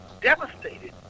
devastated